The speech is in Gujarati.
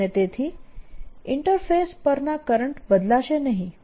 અને તેથી ઇન્ટરફેસ પરના કરંટ બદલાશે નહીં